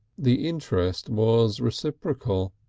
the interest was reciprocal.